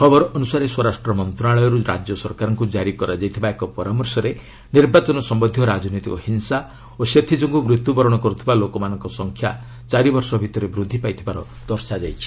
ଖବର ଅନୁସାରେ ସ୍ୱରାଷ୍ଟ୍ର ମନ୍ତ୍ରଣାଳୟରୁ ରାଜ୍ୟ ସରକାରଙ୍କୁ କାରି କରାଯାଇଥିବା ଏକ ପରାମର୍ଶରେ ନିର୍ବାଚନ ସମ୍ଭନ୍ଧୀୟ ରାଜନୈତିକ ହିଂସା ଓ ସେଥି ଯୋଗୁଁ ମୃତ୍ୟୁ ବରଣ କରୁଥିବା ଲୋକଙ୍କ ସଂଖ୍ୟା ଚାରି ବର୍ଷ ଭିତରେ ବୃଦ୍ଧି ପାଇଥିବାର ଦର୍ଶା ଯାଇଛି